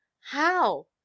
How